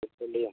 പുൽപ്പള്ളിയും